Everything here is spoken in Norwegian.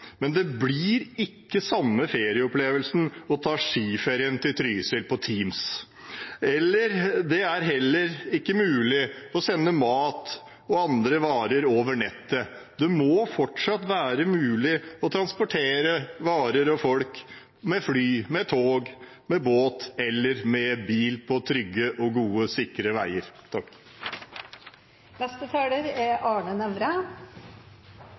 men det blir ikke samme ferieopplevelsen å ta skiferien til Trysil på Teams. Det er heller ikke mulig å sende mat og andre varer over nettet. Det må fortsatt være mulig å transportere varer og folk med fly, tog, båt eller bil på trygge, gode og sikre veier.